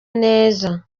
neza